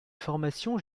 formations